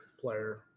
player